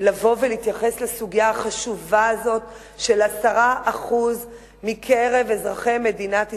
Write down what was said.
לבוא ולהתייחס לסוגיה החשובה הזאת של 10% מקרב אזרחי מדינת ישראל.